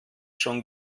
schon